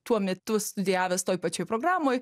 tuo metu studijavęs toj pačioj programoj